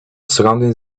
surrounding